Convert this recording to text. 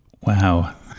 Wow